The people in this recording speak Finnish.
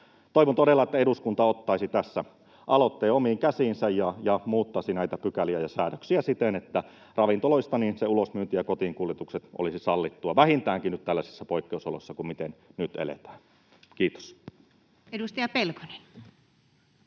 Toivon todella, että eduskunta ottaisi tässä aloitteen omiin käsiinsä ja muuttaisi näitä pykäliä ja säädöksiä siten, että ravintoloista se ulosmyynti ja kotiinkuljetukset olisivat sallittuja vähintäänkin nyt tällaisissa poikkeusoloissa kuin missä nyt eletään. — Kiitos. Anteeksi,